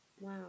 wow